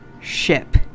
ship